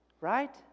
Right